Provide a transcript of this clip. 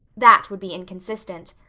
that would be inconsistent.